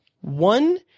One